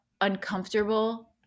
uncomfortable